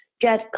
get